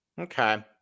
Okay